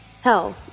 Hell